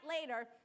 later